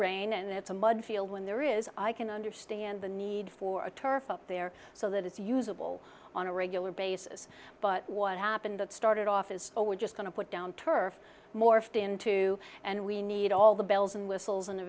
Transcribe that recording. rain and it's a mud field when there is i can understand the need for a turf up there so that it's usable on a regular basis but what happened it started off as well we're just going to put down turf morphed into and we need all the bells and whistles and